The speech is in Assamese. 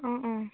অঁ অঁ